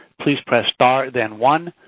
please press star then one.